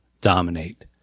dominate